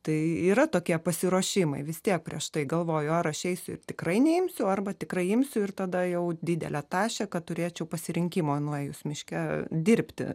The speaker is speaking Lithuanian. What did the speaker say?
tai yra tokie pasiruošimai vis tiek prieš tai galvoju ar aš eisiu ir tikrai neimsiu arba tikrai imsiu ir tada jau didelę tašę kad turėčiau pasirinkimą nuėjus miške dirbti